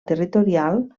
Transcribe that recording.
territorial